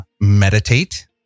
meditate